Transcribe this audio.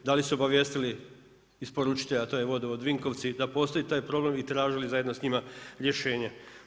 Da li su obavijestili isporučitelja a to je vodovod Vinkovci, da postoji taj problem i tražili zajedno s njima rješenje?